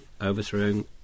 overthrowing